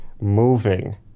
moving